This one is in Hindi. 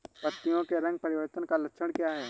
पत्तियों के रंग परिवर्तन का लक्षण क्या है?